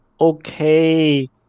okay